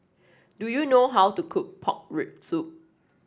do you know how to cook Pork Rib Soup